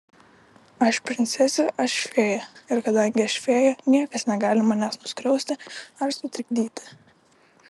aš princesė aš fėja ir kadangi aš fėja niekas negali manęs nuskriausti ar sutrikdyti